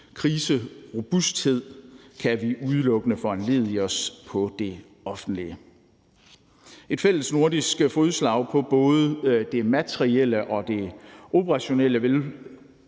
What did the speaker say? kriserobusthed, kan vi udelukkende forlade os på det offentlige. Et fælles nordisk fodslag på både det materielle og det operationelle vil jo måske